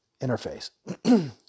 interface